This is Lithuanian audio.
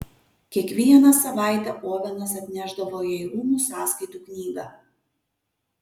kiekvieną savaitę ovenas atnešdavo jai rūmų sąskaitų knygą